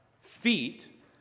feet